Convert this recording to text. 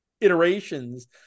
iterations